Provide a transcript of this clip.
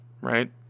Right